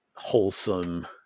wholesome